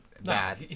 bad